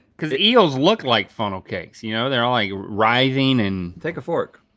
cause eels look like funnel cakes, you know, they're all like writhing and take a fork.